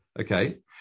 Okay